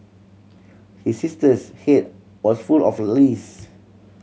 his sister head was full of lice